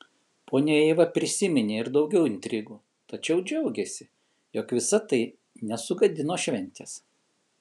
ponia ieva prisiminė ir daugiau intrigų tačiau džiaugėsi jog visa tai nesugadino šventės